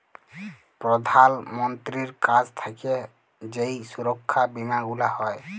প্রধাল মন্ত্রীর কাছ থাক্যে যেই সুরক্ষা বীমা গুলা হ্যয়